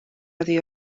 oddi